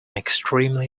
extremely